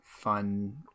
fun